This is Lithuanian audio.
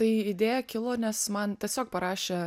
tai idėja kilo nes man tiesiog parašė